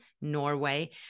Norway